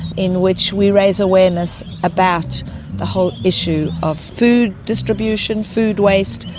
in which we raise awareness about the whole issue of food distribution, food waste,